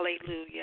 Hallelujah